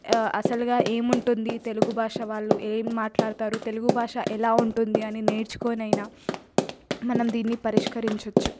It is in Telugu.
అసలు ఏమి ఉంటుంది తెలుగు భాష వాళ్ళు ఏం మాట్లాడతారు తెలుగు భాష ఎలా ఉంటుంది అని నేర్చుకొని అయినా మనం దీనిని పరిష్కరించవచ్చు